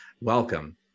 welcome